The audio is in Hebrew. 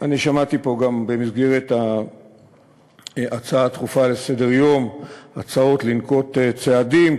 שמעתי פה גם במסגרת ההצעה הדחופה לסדר-יום הצעות לנקוט צעדים,